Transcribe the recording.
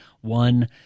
One